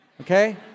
okay